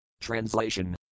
Translation